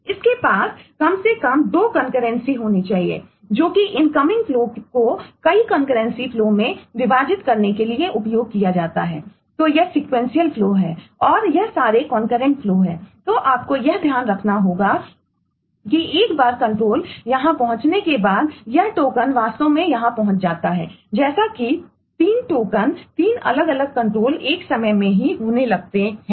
तो फोर्क एक ही समय में होने लगते हैं